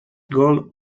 goal